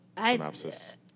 synopsis